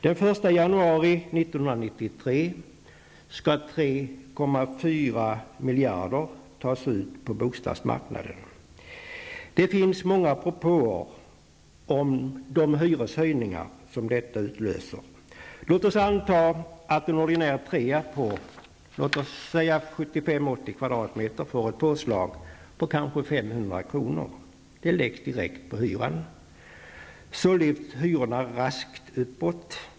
Den 1 januari 1993 skall 3,4 miljarder tas ut på bostadsmarknaden. Det finns många propåer om de hyreshöjningar som detta utlöser. Låt oss anta att en ordinär trea på 75--80 kvm får ett påslag på kanske 500 kr. som läggs direkt på hyran. Så drivs hyrorna raskt uppåt.